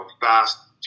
fast